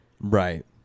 Right